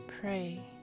pray